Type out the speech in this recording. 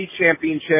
Championship